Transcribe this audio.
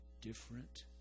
different